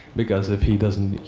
because if he doesn't,